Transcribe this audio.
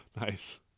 Nice